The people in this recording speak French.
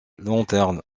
lanternes